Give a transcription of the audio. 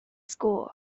school